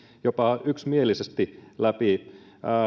jopa yksimielisesti läpi